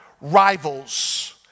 rivals